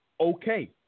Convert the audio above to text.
okay